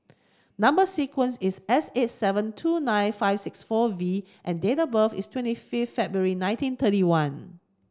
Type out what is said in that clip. number sequence is S eight seven two nine five six four V and date birth is twenty fifth February nineteen thirty one